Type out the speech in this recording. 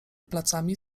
placami